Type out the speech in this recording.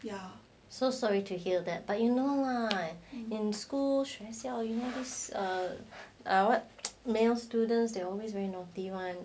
ya so sorry to hear that but you know lah in school 学校 you know there is ah male students they are always very naughty [one]